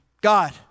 God